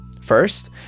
First